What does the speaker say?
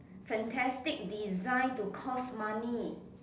fantastic design to cost money